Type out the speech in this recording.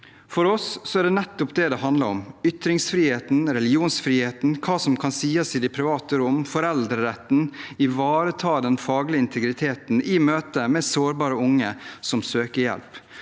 For oss er det nettopp det det handler om: ytringsfriheten, religionsfriheten, hva som kan sies i de private rom, foreldreretten og å ivareta den faglige integriteten i møte med sårbare unge som søker hjelp.